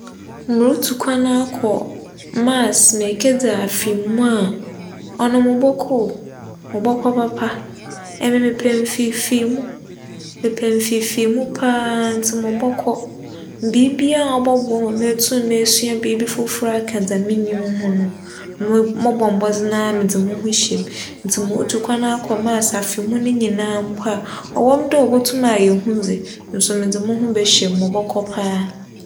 Murutu kwan akͻ Mars ekedzi afe mu a, ͻno mobͻkͻ o, mobͻkͻ papa. Emi mepɛ mfefeemu, mepɛ mfefeemu paa ntsi mobͻkͻ. Biribiara ͻbͻboa me ma metum esua biribi fofor aka dza menye no ho no, mobͻ mbͻdzen ara dze moho hyɛ mu ntsi murutu kwan akͻ Mars afe mu no nyinara mpo a, ͻwͻ mu dɛ obotum ayɛ hu dze, eso medze moho bɛhyɛ mu. Mobͻkͻ paa.